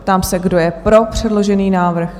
Ptám se, kdo je pro předložený návrh?